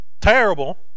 Terrible